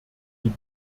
die